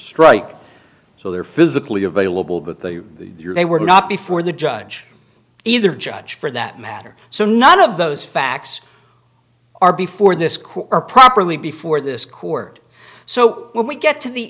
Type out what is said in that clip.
strike so they are physically available but the they were not before the judge either judge for that matter so none of those facts are before this court or properly before this court so when we get to the